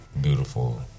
beautiful